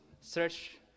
search